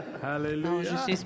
Hallelujah